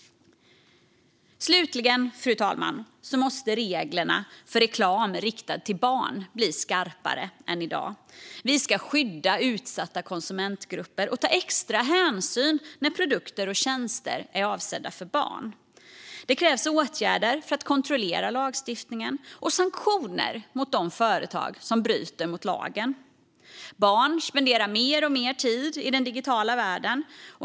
Slutligen, fru talman, måste reglerna för reklam riktad till barn bli skarpare än i dag. Vi ska skydda utsatta konsumentgrupper och ta extra hänsyn när produkter och tjänster är avsedda för barn. Det krävs åtgärder för att kontrollera lagstiftningen och sanktioner mot de företag som bryter mot lagen. Barn spenderar mer och mer tid i den digitala världen.